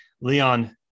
Leon